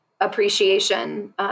appreciation